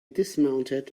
dismounted